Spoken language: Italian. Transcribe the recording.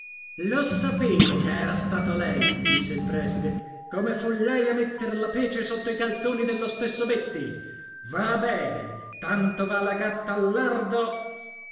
lo sapevo che era stato lei mi disse il prèside come fu lei a metter la pece sotto i calzoni dello stesso betti va bene tanto va la gatta al lardo